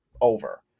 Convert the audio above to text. over